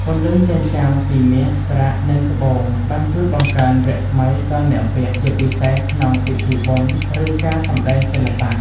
ពន្លឺចែងចាំងពីមាស ប្រាក់ និងត្បូង បានជួយបង្កើនរស្មីដល់អ្នកពាក់ ជាពិសេសក្នុងពិធីបុណ្យ ឬការសម្តែងសិល្បៈ។